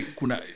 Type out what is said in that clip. kuna